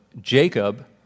Jacob